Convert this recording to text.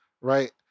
right